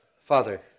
Father